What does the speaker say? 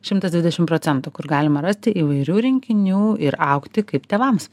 šimtas dvidešim procentų kur galima rasti įvairių rinkinių ir augti kaip tėvams